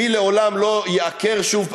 מי לעולם לא ייעקר שוב.